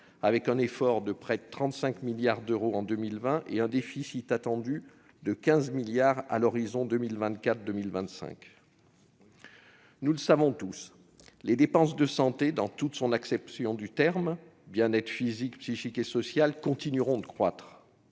avec un effort de près de 35 milliards d'euros en 2020 et un déficit attendu de 15 milliards d'euros à l'horizon 2024-2025. Nous le savons tous : les dépenses de santé, dans toute l'acception du terme- bien-être physique, psychique et social -, continueront de croître,